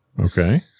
okay